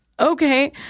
Okay